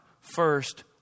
first